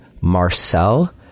Marcel